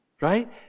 right